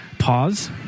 Pause